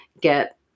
get